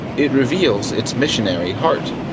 it reveals its missionary heart.